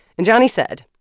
and johnny said,